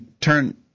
turn